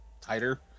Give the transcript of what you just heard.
tighter